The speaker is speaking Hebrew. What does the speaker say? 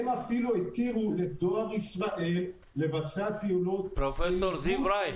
הם אפילו לדואר ישראל לבצע פעולות בניגוד